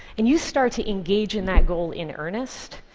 and you start to engage in that goal in earnest,